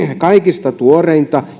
kaikista tuoreinta